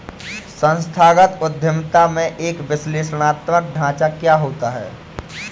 संस्थागत उद्यमिता में एक विश्लेषणात्मक ढांचा क्या होता है?